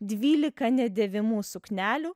dvylika nedėvimų suknelių